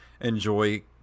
enjoy